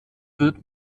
wird